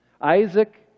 Isaac